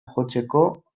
jotzeko